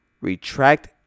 Retract